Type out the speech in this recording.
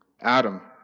Adam